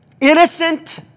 innocent